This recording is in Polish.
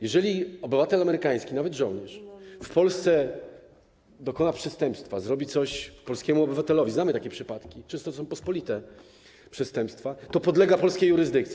Jeżeli obywatel amerykański, nawet żołnierz, w Polsce dokona przestępstwa, zrobi coś polskiemu obywatelowi - znamy takie przypadki, często są to pospolite przestępstwa - to podlega polskiej jurysdykcji.